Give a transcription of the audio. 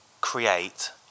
create